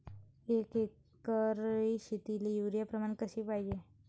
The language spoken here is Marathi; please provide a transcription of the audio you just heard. एक एकर शेतीले युरिया प्रमान कसे पाहिजे?